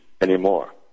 anymore